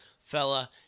fella